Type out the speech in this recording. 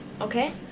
okay